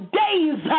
days